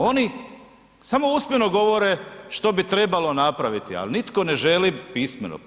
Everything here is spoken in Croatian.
Oni samo usmeno govore što bi trebalo napraviti, ali nitko ne želi pismeno.